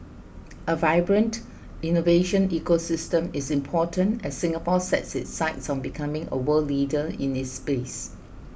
a vibrant innovation ecosystem is important as Singapore sets its sights on becoming a world leader in this space